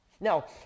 Now